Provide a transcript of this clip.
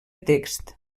text